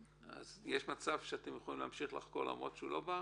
יש מצב שאתם יכולים להמשיך לחקור למרות שהוא לא בארץ?